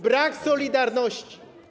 Brak solidarności.